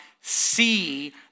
see